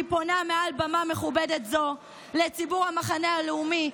אני פונה מעל במה מכובדת זו לציבור המחנה הלאומי,